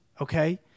okay